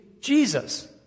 Jesus